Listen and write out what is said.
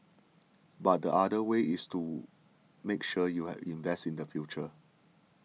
but the other way is to make sure you had invest in the future